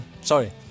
Sorry